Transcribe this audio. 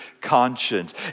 conscience